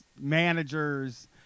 managers